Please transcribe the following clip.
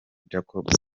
jacob